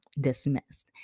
dismissed